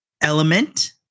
element